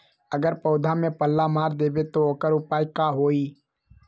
अगर पौधा में पल्ला मार देबे त औकर उपाय का होई?